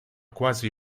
quasi